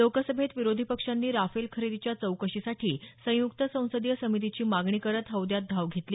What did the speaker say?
लोकसभेत विरोधी पक्षांनी राफेल खरेदीच्या चौकशीसाठी संयुक्त संसदीय समितीची मागणी करत हौद्यात धाव घेतली